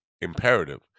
imperative